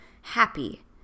Happy